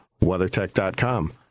WeatherTech.com